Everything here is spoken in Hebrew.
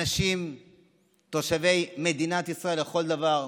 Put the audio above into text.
אנשים תושבי מדינת ישראל לכל דבר,